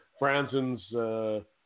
Franzen's